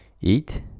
eat